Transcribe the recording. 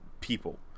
people